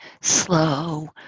slow